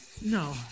no